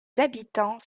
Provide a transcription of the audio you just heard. habitants